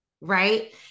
right